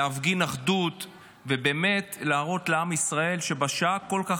להפגין אחדות ובאמת להראות לעם ישראל שבשעה הכל-כך